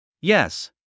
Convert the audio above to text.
Yes